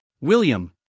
William